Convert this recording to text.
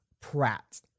Pratt